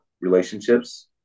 relationships